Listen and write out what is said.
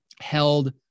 held